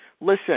Listen